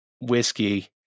whiskey